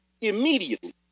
immediately